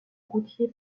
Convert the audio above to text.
routier